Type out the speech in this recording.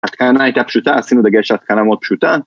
‫ההתקנה הייתה פשוטה, ‫עשינו דגש על התקנה מאוד פשוטה.